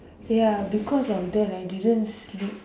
ya because of that I didn't sleep